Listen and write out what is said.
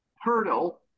hurdle